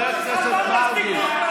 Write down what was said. חבר הכנסת מרגי,